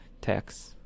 text